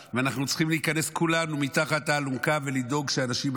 ואנחנו צריכים להיכנס כולנו מתחת לאלונקה ולדאוג שהאנשים האלה,